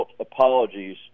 apologies